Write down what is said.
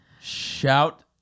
Shout